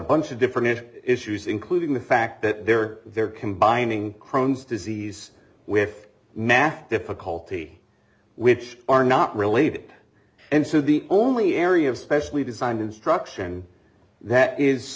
bunch of different issues including the fact that they're they're combining crohn's disease with math difficulty which are not related and so the only area of specially designed instruction that is